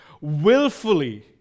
willfully